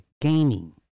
Gaming